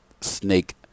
snake